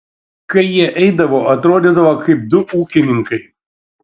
kai jie eidavo atrodydavo kaip du ūkininkai